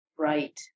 Right